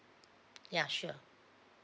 ya sure